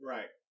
Right